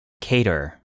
Cater